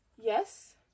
yes